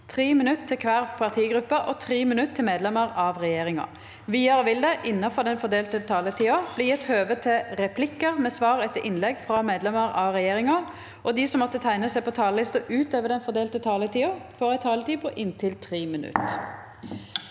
3 minutt til kvar partigruppe og 3 minutt til medlemer av regjeringa. Vidare vil det – innanfor den fordelte taletida – bli gjeve høve til replikkar med svar etter innlegg frå medlemer av regjeringa, og dei som måtte teikna seg på talarlista utover den fordelte taletida, får òg ei taletid på inntil 3 minutt.